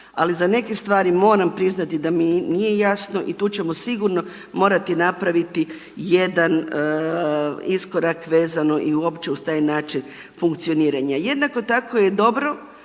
ali za neke stvari moram priznati da mi nije jasno i tu ćemo sigurno morati napraviti jedan iskorak vezano uopće za taj način funkcioniranja. Jednako tako je dobro